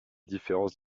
différences